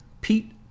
Pete